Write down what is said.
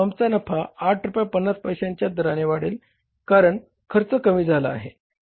फर्मचा नफा 8 रुपये 50 पैशांच्या दराने वाढेल कारण खर्च कमी झाला आहे